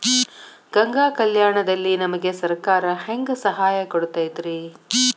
ಗಂಗಾ ಕಲ್ಯಾಣ ದಲ್ಲಿ ನಮಗೆ ಸರಕಾರ ಹೆಂಗ್ ಸಹಾಯ ಕೊಡುತೈತ್ರಿ?